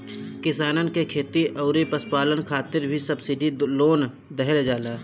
किसानन के खेती अउरी पशुपालन खातिर भी सब्सिडी लोन देहल जाला